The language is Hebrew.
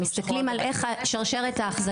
מסתכלים על איך שרשרת האחזקה.